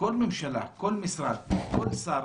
כל ממשלה, כל משרד, כל שר